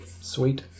Sweet